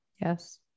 Yes